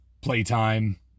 playtime